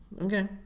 Okay